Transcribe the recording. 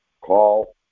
call